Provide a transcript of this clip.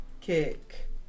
kick